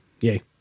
yay